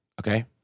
okay